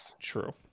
True